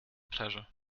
pleasure